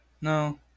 No